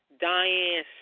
Diane